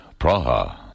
Praha